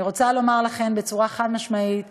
אני רוצה לומר לכם בצורה חד-משמעית: